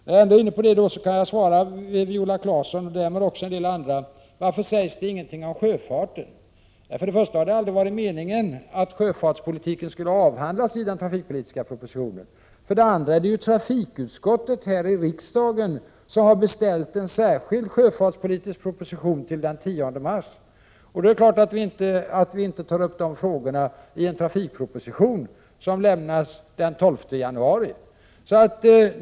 När jag ändå är inne på det kan jag svara Viola Claesson och därmed också en del andra på frågan varför det inte sägs någonting om sjöfarten. För det första har det aldrig varit meningen att sjöfartspolitiken skulle avhandlas i den trafikpolitiska propositionen. För det andra har trafikutskottet här i riksdagen beställt en särskild sjöfartspolitisk proposition till den 10 mars. Det är klart att vi då inte tar upp de frågorna i en trafikproposition som lämnas den 12 januari.